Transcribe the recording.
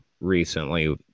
recently